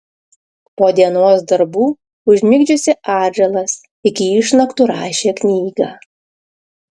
po dienos darbų užmigdžiusi atžalas iki išnaktų rašė knygą